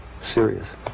serious